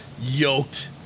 yoked